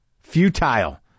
Futile